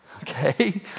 okay